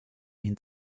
den